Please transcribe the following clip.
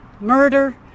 murder